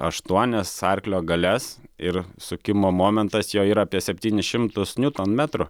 aštuonias arklio galias ir sukimo momentas jo yra apie septynis šimtus niutonmetrų